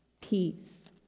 peace